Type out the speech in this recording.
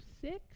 six